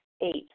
Eight